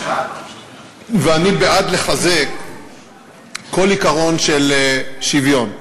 ואני בעד לחזק כל עיקרון של שוויון.